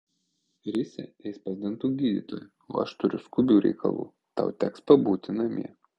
risia eis pas dantų gydytoją o aš turiu skubių reikalų tau teks pabūti namie